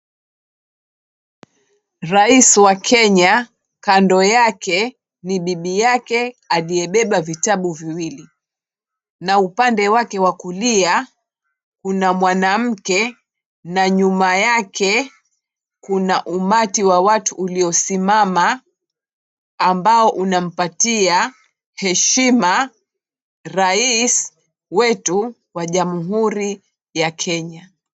Rahis wa Kenya kando yake ni bibi yake aliyebeba vitabu viwili na upande wake wa kulia kuna mwanamke na nyuma yake kuna umati wa watu ulio simama ambao unampatia heshima rais wetu wa Jamuhuri ya Kenya